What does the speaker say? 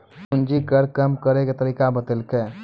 पूंजी कर कम करैय के तरीका बतैलकै